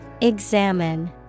Examine